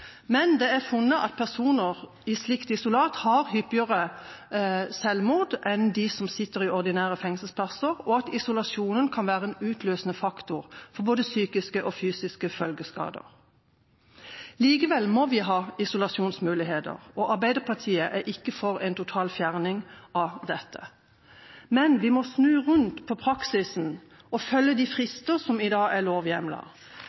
men det er funnet at personer i slikt isolat begår hyppigere selvmord enn dem som sitter i ordinære fengselsplasser, og at isolasjonen kan være en utløsende faktor for både psykiske og fysiske følgeskader. Likevel må vi ha isolasjonsmuligheter, og Arbeiderpartiet er ikke for en total fjerning av dette. Men vi må snu rundt på praksisen og følge de